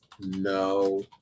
no